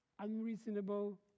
unreasonable